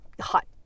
hot